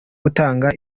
gutanga